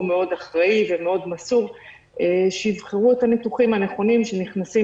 מאוד אחראי ומאוד מסור שיבחרו את הניתוחים הנכונים שנכנסים